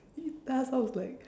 eetah sounds like